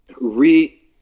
re